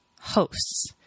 hosts